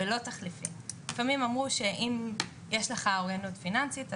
לפעמים אמרו שאם יש לך אוריינות פיננסית,